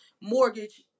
mortgage